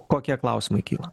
kokie klausimai kyla